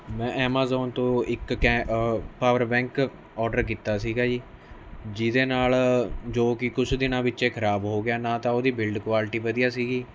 ਮੈਂ ਐਮਾਜ਼ੋਨ ਤੋਂ ਇੱਕ ਕੇ ਪਾਵਰ ਬੈਂਕ ਔਡਰ ਕੀਤਾ ਸੀਗਾ ਜੀ ਜਿਹਦੇ ਨਾਲ ਜੋ ਕਿ ਕੁਛ ਦਿਨਾਂ ਵਿੱਚ ਖਰਾਬ ਹੋ ਗਿਆ ਨਾ ਤਾਂ ਉਹਦੀ ਬਿਲਡ ਕੁਆਲਟੀ ਵਧੀਆ ਸੀਗੀ